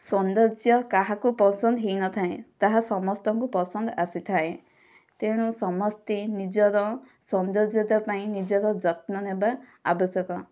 ସୌନ୍ଦର୍ଯ୍ୟ କାହାକୁ ପସନ୍ଦ ହୋଇନଥାଏ ତାହା ସମସ୍ତଙ୍କୁ ପସନ୍ଦ ଆସିଥାଏ ତେଣୁ ସମସ୍ତେ ନିଜର ସୌନ୍ଦର୍ଯ୍ୟତା ପାଇଁ ନିଜର ଯତ୍ନ ନେବା ଆବଶ୍ୟକ